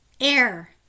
Air